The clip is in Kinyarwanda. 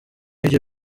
ibyo